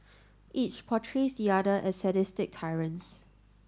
each portrays the other as sadistic tyrants